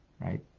right